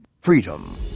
Freedom